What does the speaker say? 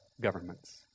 governments